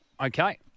Okay